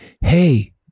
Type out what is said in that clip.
hey